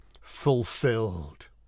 fulfilled